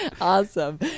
Awesome